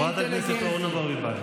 ולדימיר אמר מפורשות,